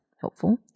helpful